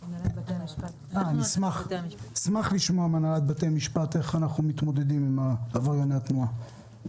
אשמח לשמוע מהנהלת בתי המשפט איך מתמודדים עם עברייני התנועה